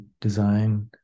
design